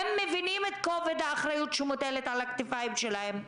הם מבינים את כובד האחריות שמוטלת על הכתפיים שלהם.